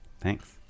Thanks